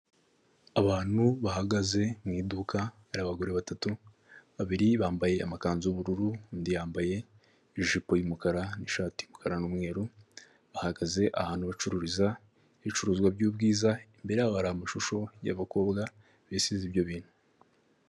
Abantu bahagaze mu iduka. Hari abagore batatu, babiri bambaye amakanzu y'ubururu, undi yambaye ijipo y'umukara n'ishati y'umukara n'umweru. Bahagaze ahantu bacururiza ibicuruzwa by'ubwiza, imbere yabo hari amashusho y'abakobwa bisize ibyo bintu.